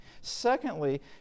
Secondly